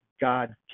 God